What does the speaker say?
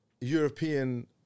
European